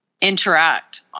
interact